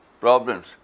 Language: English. problems